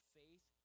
faith